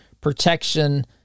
protection